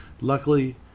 Luckily